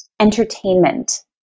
entertainment